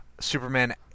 superman